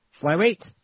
Flyweight